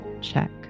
check